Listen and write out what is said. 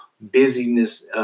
busyness